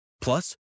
Plus